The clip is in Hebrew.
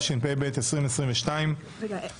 התשפ"ב 2022. עוד אין קוורום.